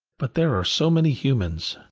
but there are so many humans.